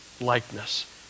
likeness